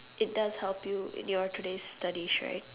it does help you in your today's studies right